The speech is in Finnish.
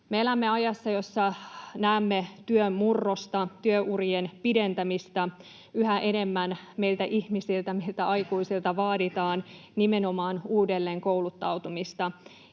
elämme ajassa, jossa näemme työn murrosta, työurien pidentämistä, yhä enemmän meiltä ihmisiltä, meiltä aikuisilta, vaaditaan nimenomaan uudelleenkouluttautumista,